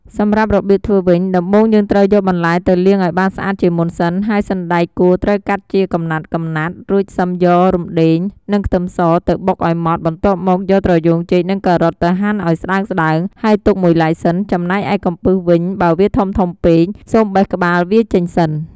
សម្រាប់របៀបធ្វើវិញ ដំបូងយើងត្រូវយកបន្លែទៅលាងឱ្យបានស្អាតជាមុនសិន ហើយសណ្ដែកគួរត្រូវកាត់ជាកំណាត់ៗ រួចសិមយករំដេង និងខ្ទឹមសទៅបុកឱ្យម៉ដ្តបន្ទាប់មកយកត្រយូងចេកនិងការ៉ុតទៅហាន់ឱ្យស្តើងៗ ហើយទុកមួយឡែកសិន ចំណែកឯកំពឹសវិញ បើវាធំៗពេក សូមបេះក្បាលវាចេញសិន។